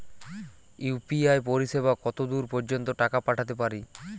UPI পরিসেবা কতদূর পর্জন্ত টাকা পাঠাতে পারি?